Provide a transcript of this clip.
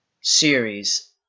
series